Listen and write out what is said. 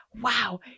wow